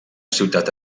ciutat